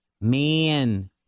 Man